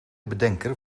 bedenker